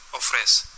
oferece